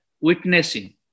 witnessing